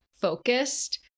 focused